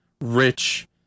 rich